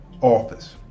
office